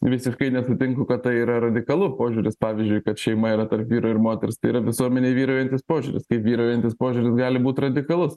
visiškai nesutinku kad tai yra radikalus požiūris pavyzdžiui kad šeima yra tarp vyro ir moters tai yra visuomenėj vyraujantis požiūris kaip vyraujantis požiūris gali būt radikalus